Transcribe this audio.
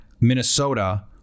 Minnesota